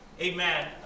Amen